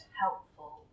helpful